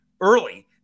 early